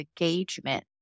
engagement